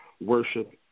worship